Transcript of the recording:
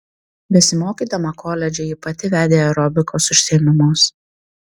besimokydama koledže ji pati vedė aerobikos užsiėmimus